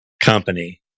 company